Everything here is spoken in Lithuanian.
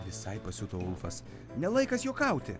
visai pasiuto ulfas ne laikas juokauti